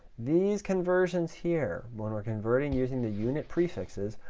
these conversions here, when we're converting using the unit prefixes,